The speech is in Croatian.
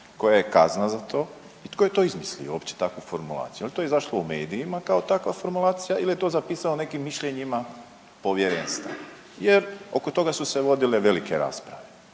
Koja je kazna za to? I tko je to izmislio uopće takvu formulaciju? Jel' to izašlo u medijima kao takva formulacija ili je to zapisao nekim mišljenjima povjerenstva, jer oko toga su se vodile velike rasprave.